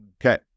Okay